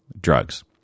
drugs